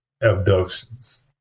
abductions